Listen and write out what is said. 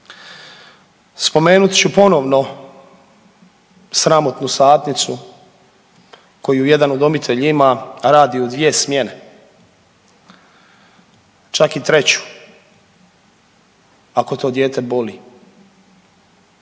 Spomenut ću ponovno sramotnu satnicu koju jedan udomitelj ima, a radi u dvije smjene, čak i treću ako to dijete boli.